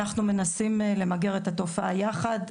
אנחנו מנסים למגר את התופעה יחד,